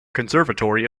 conservatory